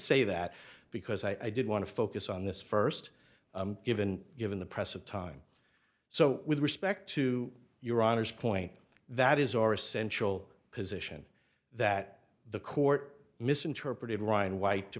say that because i did want to focus on this first given given the press of time so with respect to your honor's point that is or essential position that the court misinterpreted ryan white to